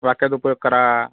वाक्यात उपयोग करा